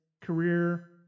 career